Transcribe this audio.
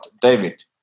David